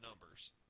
numbers